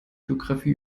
biografie